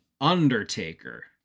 undertaker